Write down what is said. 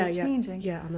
ah yeah, and yeah,